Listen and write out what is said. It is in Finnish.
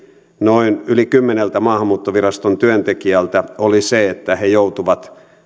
noin yli kymmeneltä maahanmuuttoviraston työntekijältä oli se että he he joutuvat